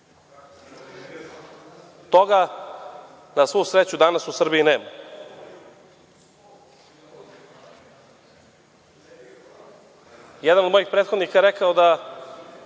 na svu sreću, danas u Srbiji nema. Jedan od mojih prethodnika je rekao da